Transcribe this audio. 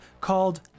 called